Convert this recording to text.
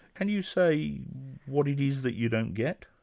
can you say what it is that you don't get?